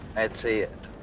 that's it.